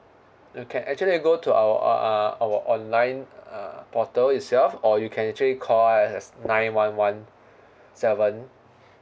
you can actually go to our uh our online uh portal itself or you can actually call us at nine one one seven